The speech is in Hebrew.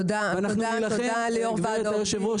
תודה ליו"ר וועד העובדים.